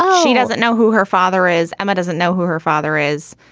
um she doesn't know who her father is. emma doesn't know who her father is.